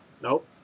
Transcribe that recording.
Nope